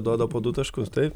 duoda po du taškus taip